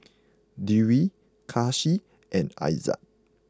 Dewi Kasih and Aizat